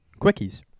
quickies